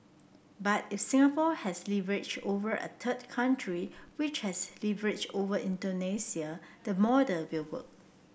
but if Singapore has leverage over a third country which has leverage over Indonesia the model will work